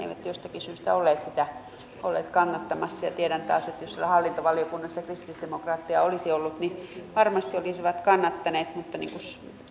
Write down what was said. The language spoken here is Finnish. jostakin syystä olleet sitä kannattamassa ja tiedän taas että jos siellä hallintovaliokunnassa kristillisdemokraatteja olisi ollut niin varmasti olisivat kannattaneet mutta niin kuin